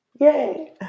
Yay